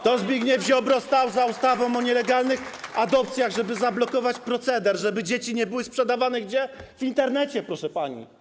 To Zbigniew Ziobro stał za ustawą o nielegalnych adopcjach, żeby zablokować proceder, żeby dzieci nie były sprzedawane w Internecie, proszę pani.